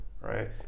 right